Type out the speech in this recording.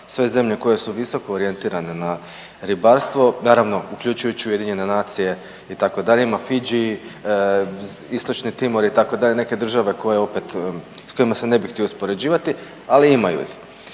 Sve zemlje koje su visoko orijentirane na ribarstvo, naravno uključujući Ujedinjene nacije itd. Ima Fidži, istočni Timor itd. neke države koje opet, sa kojima se ne bih htio uspoređivati, ali imaju ih.